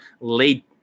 late